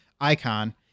icon